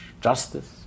justice